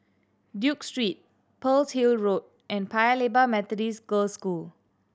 Duke Street Pearl's Hill Road and Paya Lebar Methodist Girls' School